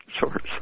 source